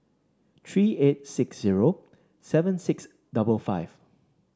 three eight six zero seven six double five